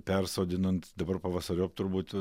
persodinant dabar pavasariop turbūt